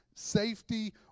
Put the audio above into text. Safety